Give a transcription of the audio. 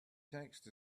text